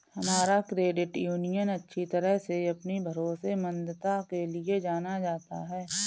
हमारा credit union अच्छी तरह से अपनी भरोसेमंदता के लिए जाना जाता है